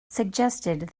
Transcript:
suggested